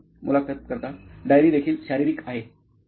मुलाखतकर्ता डायरी देखील शारीरिक आहे